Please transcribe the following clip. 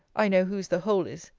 i know whose the whole is!